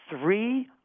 Three